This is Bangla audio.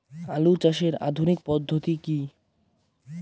আলু চাষের আধুনিক পদ্ধতি কি?